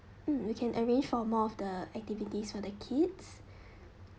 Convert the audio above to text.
mm we can arrange for more of the activities for the kids